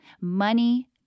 money